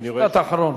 משפט אחרון.